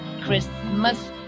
Christmas